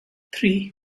three